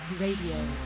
Radio